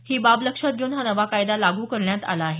ही बाब लक्षात घेऊन हा नवा कायदा लागू करण्यात आला आहे